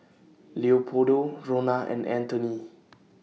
Leopoldo Ronna and Anthoney